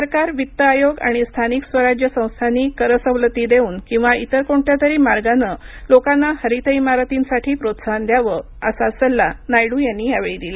सरकार वित्त आयोग आणि स्थानिक स्वराज्य संस्थांनी कर सवलती देऊन किंवा इतर कोणत्या तरी मार्गानं लोकांना हरित इमारतींसाठी प्रोत्साहन द्यावं असं सल्ला नायडू यांनी यावेळी दिला